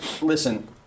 listen